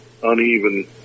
Uneven